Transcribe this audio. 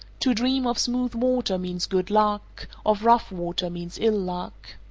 to dream of smooth water means good luck of rough water means ill luck.